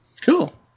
Cool